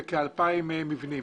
בכ-2,000 מבנים,